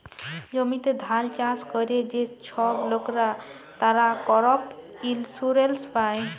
জমিতে ধাল চাষ ক্যরে যে ছব লকরা, তারা করপ ইলসুরেলস পায়